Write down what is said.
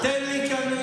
תן לי,